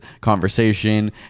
conversation